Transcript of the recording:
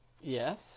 Yes